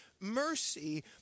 mercy